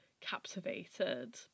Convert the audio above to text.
captivated